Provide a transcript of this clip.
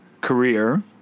career